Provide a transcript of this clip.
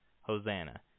Hosanna